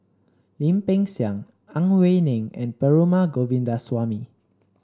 Lim Peng Siang Ang Wei Neng and Perumal Govindaswamy